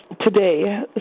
today